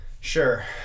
Sure